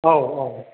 औ औ